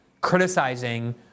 criticizing